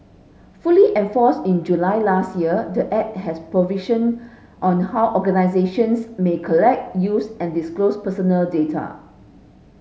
fully enforced in July last year the Act has provision on how organisations may collect use and disclose personal data